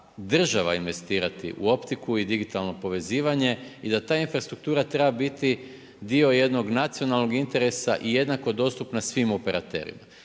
država investirati u optiku i digitalno povezivanje, i da ta infrastruktura treba biti dio jednog nacionalnog interesa i jednako dostupna svim operaterima.